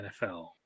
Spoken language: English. NFL